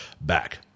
back